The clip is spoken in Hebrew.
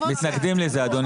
לא, אנחנו מתנגדים לזה אדוני.